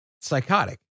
Psychotic